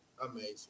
Amazing